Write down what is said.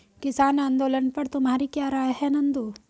किसान आंदोलन पर तुम्हारी क्या राय है नंदू?